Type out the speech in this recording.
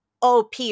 OP